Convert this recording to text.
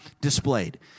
displayed